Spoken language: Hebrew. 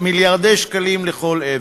מיליארדי שקלים לכל עבר,